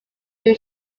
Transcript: who